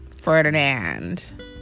Ferdinand